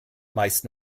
meist